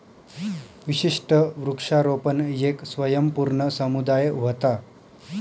विशिष्ट वृक्षारोपण येक स्वयंपूर्ण समुदाय व्हता